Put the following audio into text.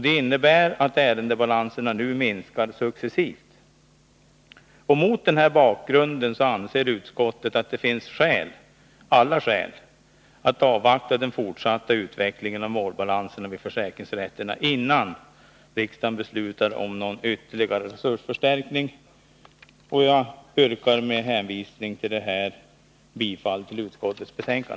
Det innebär att ärendebalanserna nu minskar successivt. Mot denna bakgrund anser utskottet att det finns alla skäl att avvakta den fortsatta utvecklingen av målbalanserna vid försäkringsrätterna, innan riksdagen beslutar om någon ytterligare resursförstärkning. Herr talman! Jag yrkar med hänvisning till det anförda bifall till utskottets hemställan.